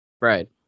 Right